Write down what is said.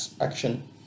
action